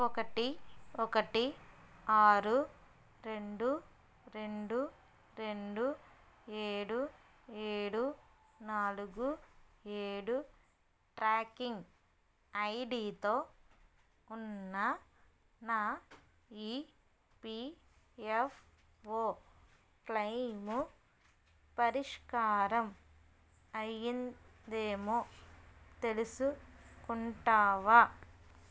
ఒకటి ఒకటి ఆరు రెండు రెండు రెండు ఏడు ఏడు నాలుగు ఏడు ట్రాకింగ్ ఐడీతో ఉన్న నా ఈపిఎఫ్ఓ క్లెయిము పరిష్కారం అయ్యిందేమో తెలుసుకుంటావా